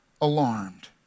alarmed